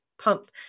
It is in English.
pump